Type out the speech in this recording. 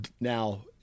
Now